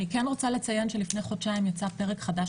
אני כן רוצה לציין שלפני חודשיים יצא פרק חדש